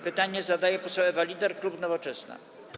Pytanie zadaje poseł Ewa Lieder, klub Nowoczesna.